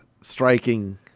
striking